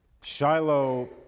Shiloh